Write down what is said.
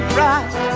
right